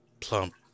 plump